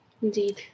Indeed